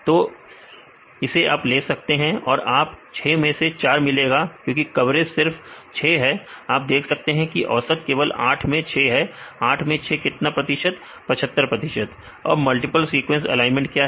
तो इसे आप ले और आप को 6 मैं से 4 मिलेगा क्योंकि कवरेज सिर्फ 6 है आप देख सकते हैं की औसत केवल 8 में 6 है 8 मैं 6 मतलब कितना प्रतिशत 75 प्रतिशत अब मल्टीपल सीक्वेंस एलाइनमेंट क्या है